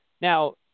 Now